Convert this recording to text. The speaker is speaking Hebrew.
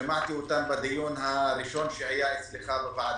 שמעתי אותם בדיון הראשון שהיה אצלך בוועדה,